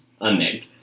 Unnamed